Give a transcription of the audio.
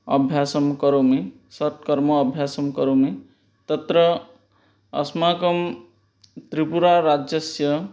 अभ्यासं करोमि षट्कर्म अभ्यासं करोमि तत्र अस्माकं त्रिपुराराज्यस्य